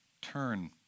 Turn